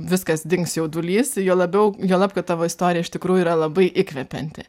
viskas dings jaudulys juo labiau juolab kad tavo istorija iš tikrųjų yra labai įkvepianti